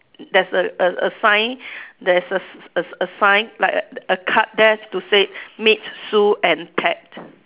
there's a a a sign there's a s~ a s~ a s~ sign like a a card there to say meet Sue and Ted